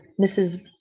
Mrs